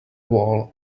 wall